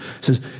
says